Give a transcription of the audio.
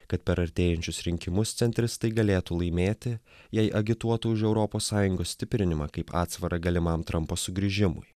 kad per artėjančius rinkimus centristai galėtų laimėti jei agituotų už europos sąjungos stiprinimą kaip atsvarą galimam trampo sugrįžimui